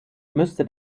müsste